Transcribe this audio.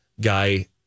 Guy